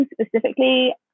specifically